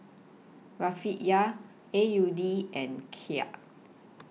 Rufiyaa A U D and Kyat